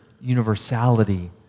universality